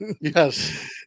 yes